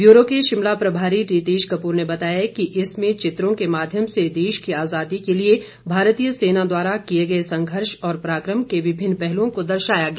bureau के शिमला प्रभारी रितेश कपूर ने बताया कि इसमें चित्रों के माध्यम से देश की आजादी के लिए भारतीय सेना द्वारा किए गए संघर्ष और पराकम के विभिन्न पहलुओं को दर्शाया गया